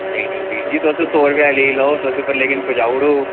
नेईं नेईं बीर जी तुस सौ रपेआ लेई लैओ ते लेकिन तुस पुजाई ओड़ेओ